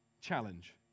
challenge